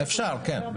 אפשר, כן.